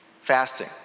fasting